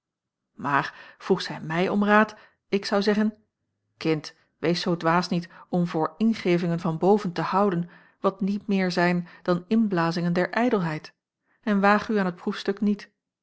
maar vroeg zij mij om raad ik zou zeggen kind wees zoo dwaas niet om voor ingevingen van boven te houden wat niet meer zijn dan inblazingen der ijdelheid en waag u aan het proefstuk niet